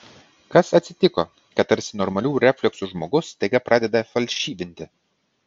kas atsitiko kad tarsi normalių refleksų žmogus staiga pradeda falšyvinti